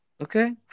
Okay